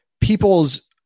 people's